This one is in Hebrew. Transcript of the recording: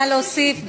נא להוסיף בעד.